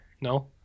No